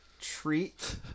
Treat